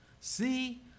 See